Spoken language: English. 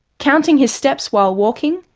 counting his steps while walking,